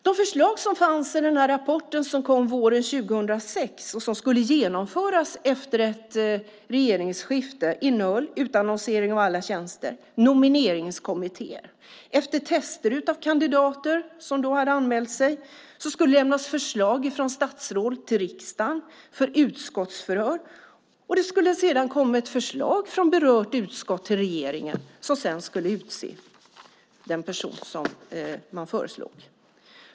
De förslag som fanns i den rapport som kom våren 2006 och som skulle genomföras efter ett regeringsskifte innehöll utannonsering av alla tjänster och nomineringskommittéer. Efter tester av de kandidater som hade anmält sig skulle det lämnas förslag från statsråd till riksdagen för utskottsförhör. Sedan skulle det komma ett förslag från berört utskott till regeringen som därefter skulle utse den person som man föreslog.